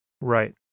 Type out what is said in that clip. Right